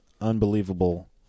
unbelievable